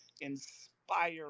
inspire